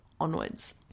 onwards